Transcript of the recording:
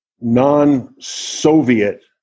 non-Soviet